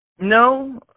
No